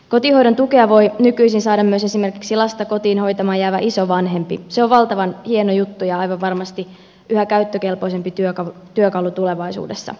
kotihoidon tukea voi nykyisin saada myös esimerkiksi lasta kotiin hoitamaan jäävä isovanhempi se on valtavan hieno juttu ja aivan varmasti yhä käyttökelpoisempi työkalu tulevaisuudessa